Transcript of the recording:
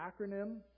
acronym